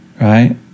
right